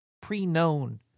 pre-known